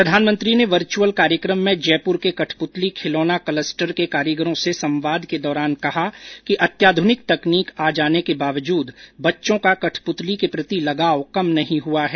प्रधानमंत्री ने वर्चअल कार्यकम में जयपूर के कठपुतली खिलौना कलस्टर के कारीगरों से संवाद के दौरान कहा कि अत्याध्यनिक तकनीक आ जाने के बावजूद बच्चों का कठपुतली के प्रति लगाव कम नहीं हुआ है